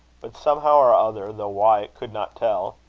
but somehow or other, though why it could not tell,